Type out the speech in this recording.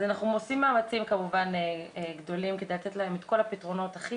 אז אנחנו עושים מאמצים כמובן גדולים כדי לתת להם את כל הפתרונות הכי